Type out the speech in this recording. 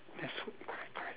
there's hope